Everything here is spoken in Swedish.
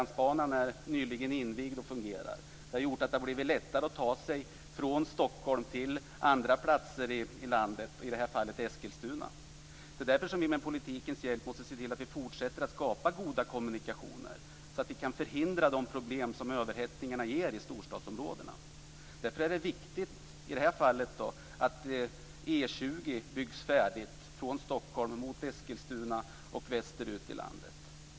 Det har gjort att det har blivit lättare att ta sig från Stockholm till andra platser i landet - i detta fall Eskilstuna. Det är därför som vi med politikens hjälp måste se till att fortsätta att skapa goda kommunikationer, så att vi kan förhindra de problem som överhettningen i storstadsområdena ger. Därför är det i detta fall viktigt att E 20 byggs färdig från Stockholm mot Eskilstuna och västerut i landet.